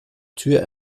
tür